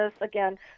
again